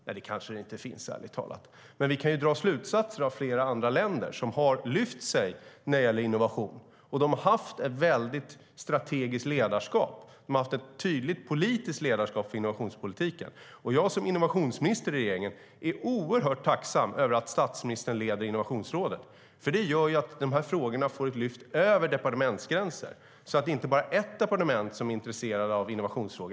Nej, det kanske det inte finns, ärligt talat. Men vi kan dra slutsatser av flera andra länder som har lyft sig när det gäller innovation. De har haft ett väldigt strategiskt ledarskap. De har haft ett tydligt politiskt ledarskap för innovationspolitiken. Jag som innovationsminister i regeringen är oerhört tacksam över att statsministern leder Innovationsrådet. Det gör att frågorna får ett lyft över departementsgränser. Det är då inte bara ett departement som är intresserat av innovationsfrågor.